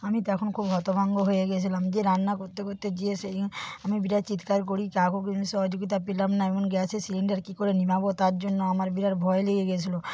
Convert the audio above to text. আমি তখন খুব হতভম্ব হয়ে গেছিলাম যে রান্না করতে করতে যেয়ে সেই আমি বিরাট চিৎকার করি যা হোক সহযোগিতা পেলাম না এমন গ্যাসে সিলিন্ডার কি করে নেভাবো তার জন্য আমার বিরাট ভয় লেগে গেছিলো